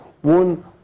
one